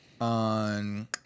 on